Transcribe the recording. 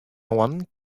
oan